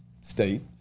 state